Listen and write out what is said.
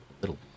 little